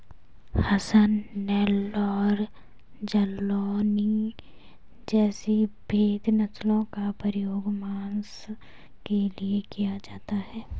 हसन, नेल्लौर, जालौनी जैसी भेद नस्लों का प्रयोग मांस के लिए किया जाता है